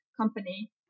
company